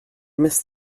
missed